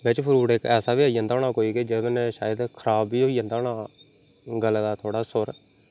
बेच्च फरूट इक ऐसा बी आई जंदा होना कोई कि जेह्दे कन्नै शायद खराब बी होई जन्दा होना गले दा थोड़ा सुर